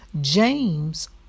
James